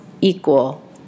Equal